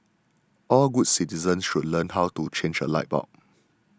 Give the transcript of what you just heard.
all good citizens should learn how to change a light bulb